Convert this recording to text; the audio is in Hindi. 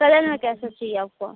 कलर में कैसा चाहिए आपको